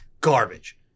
garbage